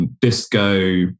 disco